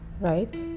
right